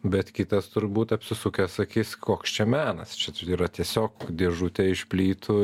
bet kitas turbūt apsisukęs sakys koks čia menas čia yra tiesiog dėžutė iš plytų